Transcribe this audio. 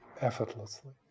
effortlessly